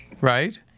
Right